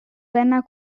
seiner